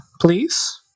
please